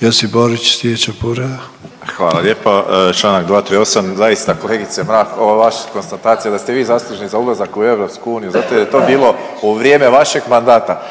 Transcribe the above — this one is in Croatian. Josip Borić sljedeća povreda. **Borić, Josip (HDZ)** Hvala lijepa. Čl. 238. zaista kolegice Mrak ova vaša konstatacija da ste vi zaslužni za ulazak u EU zato jer je to bilo u vrijeme vašeg mandata,